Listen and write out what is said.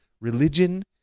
religion